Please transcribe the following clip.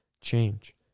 change